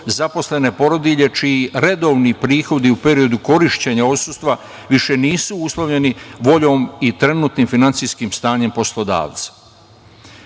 zaposlene porodilje čiji redovni prihodi u periodu korišćenja odsustva više nisu uslovljeni voljom i trenutnim finansijskim stanjem poslodavca. Po